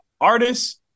artists